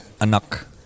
Anak